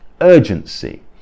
urgency